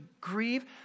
grieve